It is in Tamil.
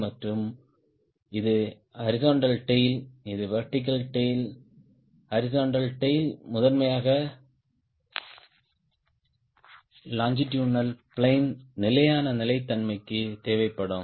G மற்றும் இது ஹாரிஸ்ன்ட்டல் டேய்ல் இது வெர்டிகல் டேய்ல் ஹாரிஸ்ன்ட்டல் டேய்ல் முதன்மையாக லோங்கிடுதினால் பிளேன் நிலையான நிலைத்தன்மைக்கு தேவைப்படும்